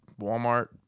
Walmart